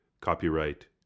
COPYRIGHT